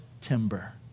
timber